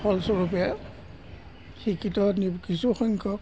ফলস্বৰূপে শিক্ষিত নি কিছুসংখ্যক